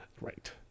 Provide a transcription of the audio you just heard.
Right